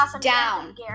down